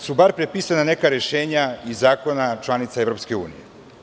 Da su bar prepisali neka rešenja iz zakona članica EU.